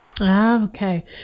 Okay